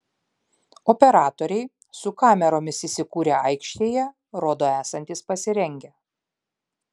operatoriai su kameromis įsikūrę aikštėje rodo esantys pasirengę